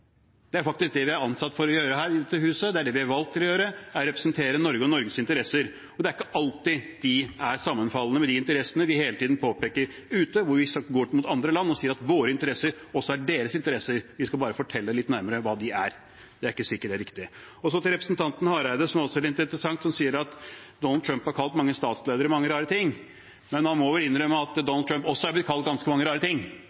Det er faktisk det vi er ansatt for å gjøre her i huset. Det vi er valgt til å gjøre, er å representere Norge og Norges interesser, og det er ikke alltid de er sammenfallende med de interessene vi hele tiden påpeker ute, når vi overfor andre land sier at våre interesser også er deres interesser – vi skal bare fortelle litt nærmere hva de er. Det er ikke sikkert det er riktig. Til representanten Hareide som, noe som også er litt interessant, sier at Donald Trump har kalt mange statsledere mange rare ting: Han må vel innrømme at Donald Trump også er blitt kalt ganske mange rare ting,